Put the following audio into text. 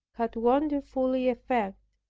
had wonderful effect,